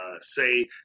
say